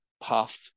puff